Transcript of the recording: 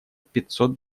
пятьсот